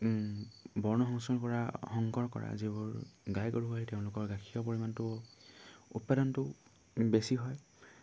বৰ্ণসংস্কন কৰা সংকৰ কৰা যিবোৰ গাই গৰু হয় তেওঁলোকৰ গাখীৰৰ পৰিমাণটো উৎপাদনটো বেছি হয়